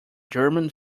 german